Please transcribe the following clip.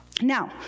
Now